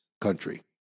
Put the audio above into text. country